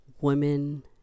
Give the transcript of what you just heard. Women